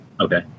Okay